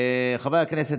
חברי הכנסת,